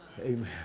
Amen